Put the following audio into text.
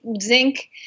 zinc